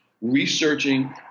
researching